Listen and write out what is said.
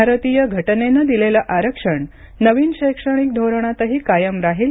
भारतीय घटनेनं दिलेलं आरक्षण नवीन शैक्षणिक धोरणातही कायम राहील